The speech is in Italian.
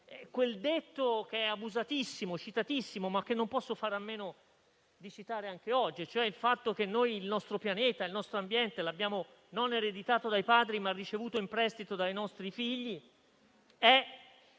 Quel detto abusatissimo, ma che non posso fare a meno di citare anche oggi, ossia che il nostro Pianeta e il nostro ambiente li abbiamo non ereditati dai padri ma ricevuti in prestito dai nostri figli, è